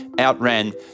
outran